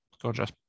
Gorgeous